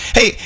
Hey